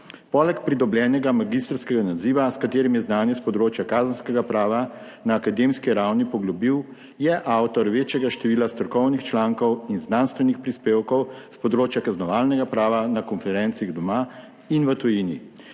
Poleg pridobljenega magistrskega naziva, s katerim je znanje s področja kazenskega prava na akademski ravni poglobil, je avtor večjega števila strokovnih člankov in znanstvenih prispevkov s področja kaznovalnega prava na konferenci doma in v tujini.